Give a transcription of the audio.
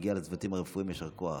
ומגיע לצוותים הרפואיים יישר כוח,